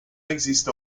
există